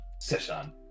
Session